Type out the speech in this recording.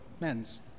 men's